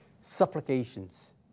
supplications